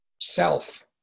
self